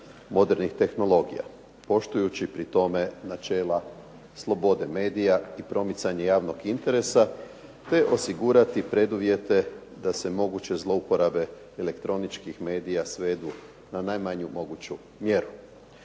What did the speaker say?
modernih tehnologija poštujući pri tome načela slobode medija i promicanje javnog interesa te osigurati preduvjete da se moguće zlouporabe elektroničkih medija svedu na najmanju moguću mjeru.